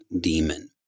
demon